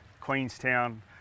Queenstown